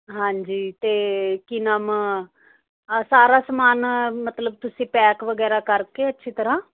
ਹਾਂਜੀ ਅਤੇ ਕੀ ਨਾਮ ਸਾਰਾ ਸਮਾਨ ਮਤਲਬ ਤੁਸੀਂ ਪੈਕ ਵਗੈਰਾ ਕਰਕੇ ਅੱਛੀ ਤਰ੍ਹਾਂ